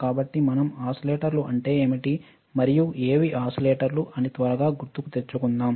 కాబట్టి మనం ఓసిలేటర్లు అంటే ఏమిటి మరియు ఏవి ఓసిలేటర్లు అని త్వరగా గుర్తుకు తెచ్చుకుందాం